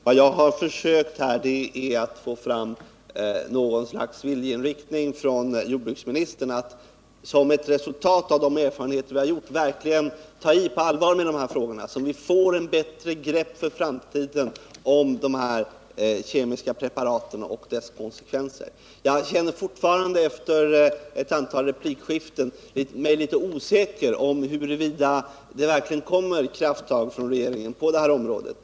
Vad jag försökt göra är att få fram något slags viljeinriktning att som ett resultat av de erfarenheter vi gjort verkligen ta i på allvar med de här frågorna så att vi får ett bättre grepp för framtiden om dessa kemiska preparat och deras konsekvenser. Jag känner mig fortfarande, efter ett antal replikskiften, litet osäker om huruvida det kommer krafttag från regeringen på det här området.